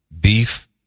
beef